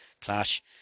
clash